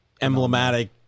emblematic